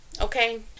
Okay